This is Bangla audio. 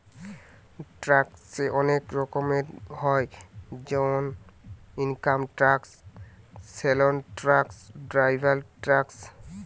ট্যাক্সে অনেক রকম হয় যেমন income tax, sales tax, direct tax